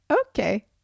okay